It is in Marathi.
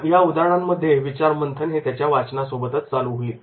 या उदाहरणांमध्ये विचार मंथन हे त्याच्या वाचनासोबत चालू होईल